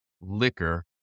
liquor